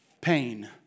Pain